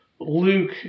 Luke